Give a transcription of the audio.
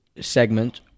segment